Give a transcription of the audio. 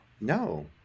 No